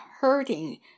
hurting